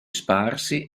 sparsi